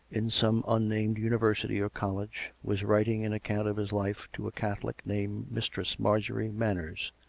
in some unnamed university or col lege, was writing an account of his life to a catholic named mistress marjorie manners,